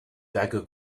dagger